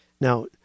Now